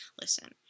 Listen